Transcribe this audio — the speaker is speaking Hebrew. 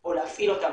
או להפעיל אותם,